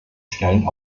schnellen